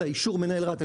אלא אישור מנהל רת"א,